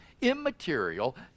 immaterial